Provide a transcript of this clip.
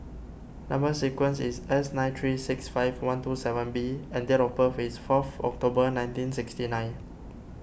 Number Sequence is S nine three six five one two seven B and date of birth is fourth October nineteen sixty nine